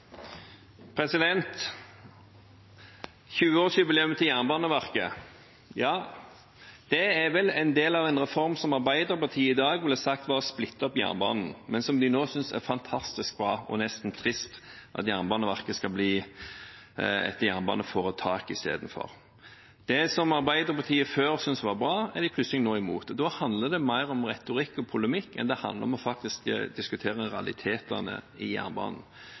vel en del av en reform som Arbeiderpartiet i dag ville sagt var å splitte opp jernbanen, men som de nå synes er fantastisk bra, og at det nesten er trist at Jernbaneverket nå i stedet skal bli et jernbaneforetak. Det som Arbeiderpartiet før syntes var bra, er de plutselig nå imot. Da handler det mer om retorikk og polemikk enn om faktisk å diskutere realitetene for jernbanen.